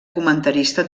comentarista